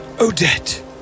Odette